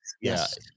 Yes